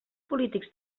polítics